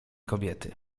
kobiety